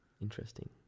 Interesting